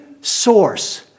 source